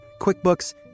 QuickBooks